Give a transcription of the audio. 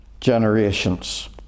generations